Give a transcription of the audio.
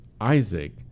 Isaac